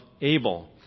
Abel